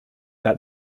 that